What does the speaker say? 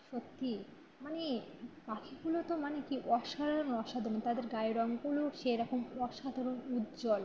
সত্যি মানে পাখিগুলো তো মানে কী অসাধারণ অসাধারণ তাদের গায়ের রঙগুলোও সেরকম অসাধারণ উজ্জ্বল